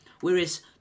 Whereas